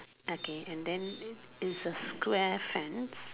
okay and then is a square fence